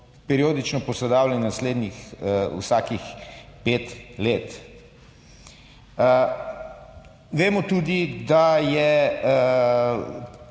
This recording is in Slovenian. periodično posodabljali naslednjih vsakih pet let. Vemo tudi, da je